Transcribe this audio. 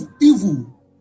evil